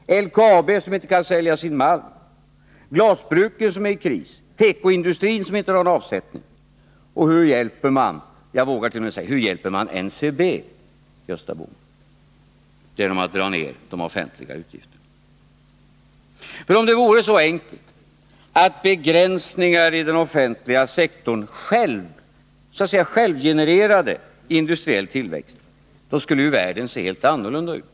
Hur hjälper man LKAB, som inte kan sälja sin malm, hur hjälper man glasbruken, som är i kris, och tekoindustrin, som inte har någon avsättning, och hur hjälper man — vågar jag t.o.m. säga — NCB, Gösta Bohman, genom att dra ner de offentliga utgifterna? Om det vore så enkelt att begränsningar i den offentliga sektorn självgenererade industriell tillväxt skulle ju världen se helt annorlunda ut.